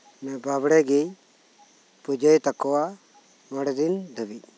ᱵᱟᱵᱬᱮ ᱜᱤᱭ ᱯᱩᱡᱟᱹᱭ ᱛᱟᱠᱩᱣᱟ ᱢᱚᱲᱮᱫᱤᱱ ᱫᱷᱟᱹᱵᱤᱡ